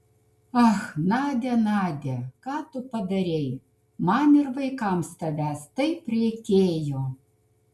ach nadia nadia ką tu padarei man ir vaikams tavęs taip reikėjo